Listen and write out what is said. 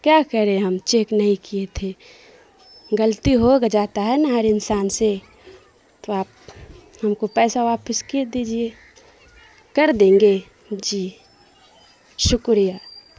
کیا کریں ہم چیک نہیں کیے تھے غلتی ہو جاتا ہے نہ ہر انسان سے تو آپ ہم کو پیسہ واپس کر دیجیے کر دیں گے جی شکریہ